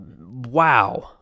Wow